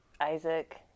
Isaac